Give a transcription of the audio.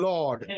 Lord